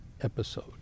episode